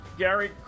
gary